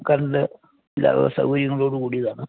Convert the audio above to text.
current എല്ലാവക സൗകര്യങ്ങളോട് കൂടിയതാണ്